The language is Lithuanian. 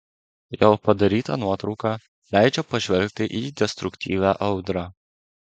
jo padaryta nuotrauka leidžia pažvelgti į destruktyvią audrą